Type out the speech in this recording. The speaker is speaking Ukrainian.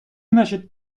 наші